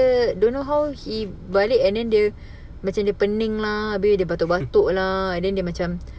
err don't know how he balik and then dia macam dia pening lah abeh dia batuk-batuk lah and then dia macam